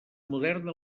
moderna